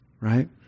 right